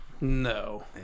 No